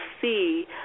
see